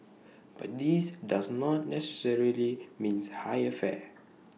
but this does not necessarily means higher fare